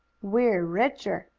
we're richer!